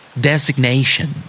Designation